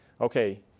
okay